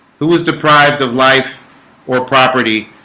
who was deprived of life or property?